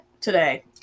today